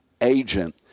agent